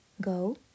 Go